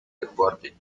deporte